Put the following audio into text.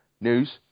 News